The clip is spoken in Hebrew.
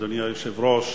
אדוני היושב-ראש,